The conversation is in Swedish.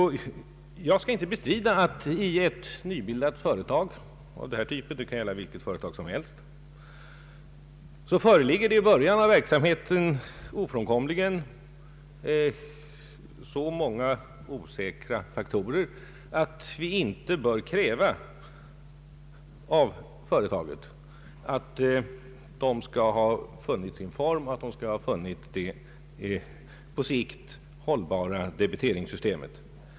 Jag skall inte bestrida att i ett nybildat företag — det kan gälla vilket företag som helst — föreligger det i början av verksamheten ofrånkomligen så många osäkra faktorer att vi inte bör kräva av företaget att det skall ha funnit sin form och i det här fallet funnit det på sikt hållbara debiteringssystemet.